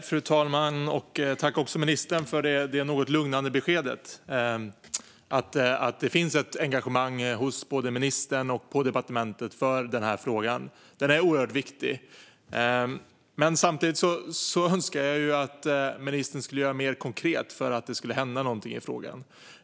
Fru talman! Tack, ministern, för det lugnande beskedet att det finns ett engagemang både hos ministern och på departementet för denna fråga. Den är oerhört viktig. Samtidigt önskar jag att ministern ska göra något mer konkret för att det ska hända något i frågan.